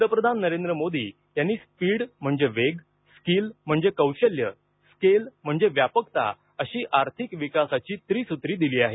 पंतप्रधान नरेंद्र मोदी यांनी स्पीड म्हणजे वेग स्किल म्हणजे कौशल्य स्केल म्हणजे व्यापकताअशी आर्थिक विकासाची त्रिसूत्री दिली आहे